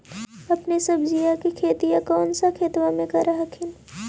अपने सब्जिया के खेतिया कौन सा खेतबा मे कर हखिन?